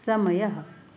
समयः